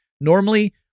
Normally